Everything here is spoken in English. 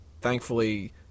thankfully